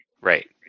Right